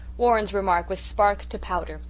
warren's remark was spark to powder.